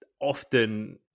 often